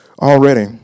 already